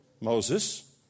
Moses